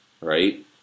right